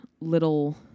little